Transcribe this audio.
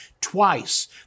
Twice